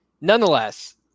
nonetheless